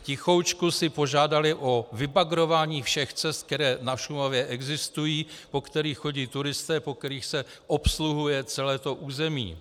V tichoučku si požádali o vybagrování všech cest, které na Šumavě existují, po kterých chodí turisté, po kterých se obsluhuje celé území.